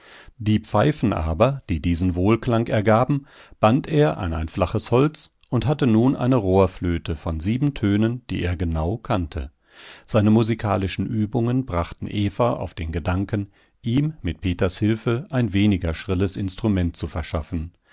die pfeifen aber die diesen wohlklang ergaben band er an ein flaches holz und hatte nun eine rohrflöte von sieben tönen die er genau kannte seine musikalischen übungen brachten eva auf den gedanken ihm mit peters hilfe ein weniger schrilles instrument zu verschaffen